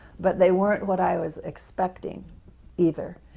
but they weren't what i was expecting either.